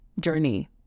journey